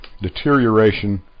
deterioration